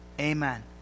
Amen